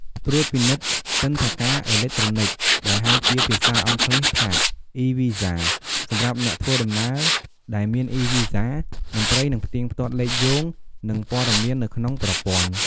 ត្រួតពិនិត្យទិដ្ឋាការអេឡិចត្រូនិក ដែលហៅជាភាសាអង់គ្លេសថា e-Visa សម្រាប់អ្នកដំណើរដែលមាន e-Visa មន្ត្រីនឹងផ្ទៀងផ្ទាត់លេខយោង និងព័ត៌មាននៅក្នុងប្រព័ន្ធ។